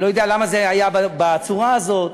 אני לא יודע למה זה היה בצורה הזאת,